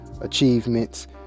achievements